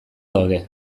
daude